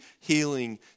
healing